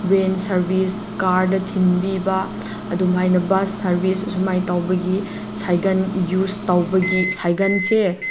ꯕꯦꯟ service card ꯊꯤꯟꯕꯤꯕ ꯑꯗꯨꯃꯥꯏꯅ bus service ꯑꯁꯨꯃꯥꯏ ꯇꯧꯕꯒꯤ ꯁꯥꯏꯒꯟ ꯌꯨꯁ ꯇꯧꯕꯒꯤ ꯁꯥꯏꯀꯜꯁꯦ